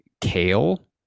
kale